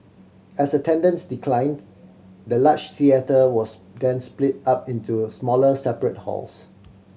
as attendance declined the large theatre was then split up into smaller separate halls